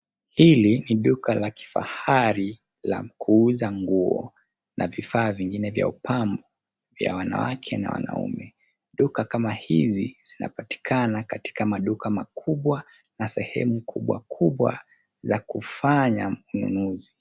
Hili ni duka la kifahari la kuuza nguo na vifaa vingine vya upambo vya wanawake na wanaume. Duka kama hizi zinapatikana katika maduka makubwa na sehemu kubwa kubwa za kufanya ununuzi.